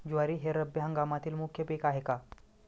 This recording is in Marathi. ज्वारी हे रब्बी हंगामातील मुख्य पीक आहे का?